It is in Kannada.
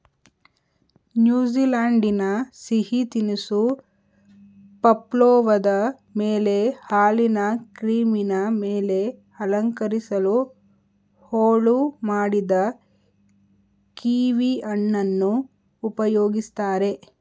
ನ್ಯೂಜಿಲೆಂಡಿನ ಸಿಹಿ ತಿನಿಸು ಪವ್ಲೋವದ ಮೇಲೆ ಹಾಲಿನ ಕ್ರೀಮಿನ ಮೇಲೆ ಅಲಂಕರಿಸಲು ಹೋಳು ಮಾಡಿದ ಕೀವಿಹಣ್ಣನ್ನು ಉಪಯೋಗಿಸ್ತಾರೆ